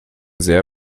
sehr